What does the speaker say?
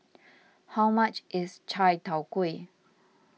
how much is Chai Tow Kway